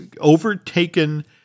overtaken